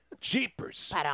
Jeepers